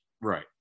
Right